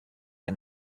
and